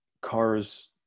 cars